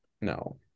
No